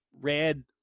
red